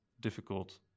difficult